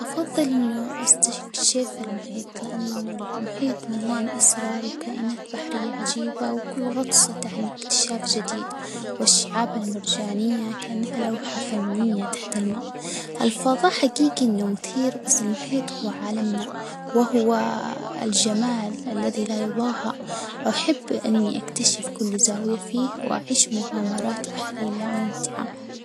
أفضل إنني أستكشف المحيط، لأن المحيط مليان أسرار وكائنات بحرية عجيبة، كل غطسة تعني إكتشاف جديد، والشعاب المرجانية كأنها لوحة فنية تحت الماء، الفضاء حجيجي إنه مثير، بس المحيط هو عالمنا، وهو الجمال الذي لا يضاهى، أحب إني أكتشف كل زاوية فيه وأعيش مغامرات بحرية ممتعة.